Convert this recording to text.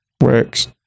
works